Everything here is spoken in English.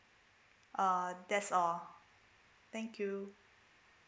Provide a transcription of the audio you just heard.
uh that's all thank you